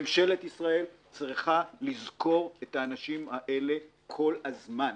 ממשלת ישראל צריכה לזכור את האנשים האלה כל הזמן.